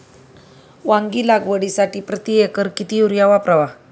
वांगी लागवडीसाठी प्रति एकर किती युरिया वापरावा?